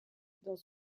dans